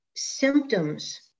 Symptoms